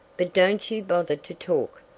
but don't you bother to talk.